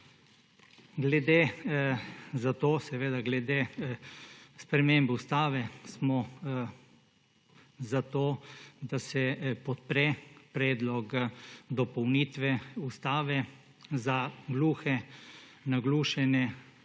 glede spremembe ustave smo za to, da se podpre predlog dopolnitve ustave za gluhe, naglušne,